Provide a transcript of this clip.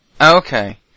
Okay